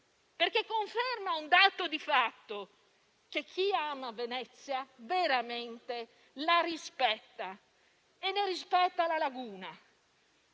perché conferma un dato di fatto: chi ama Venezia veramente la rispetta e ne rispetta la laguna,